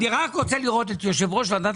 אני רק רוצה לראות את יושב ראש ועדת